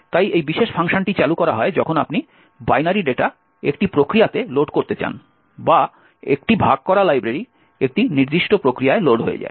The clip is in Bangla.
তাই এই বিশেষ ফাংশনটি চালু করা হয় যখন আপনি বাইনারি ডেটা একটি প্রক্রিয়াতে লোড করতে চান বা একটি ভাগ করা লাইব্রেরি একটি নির্দিষ্ট প্রক্রিয়ায় লোড হয়ে যায়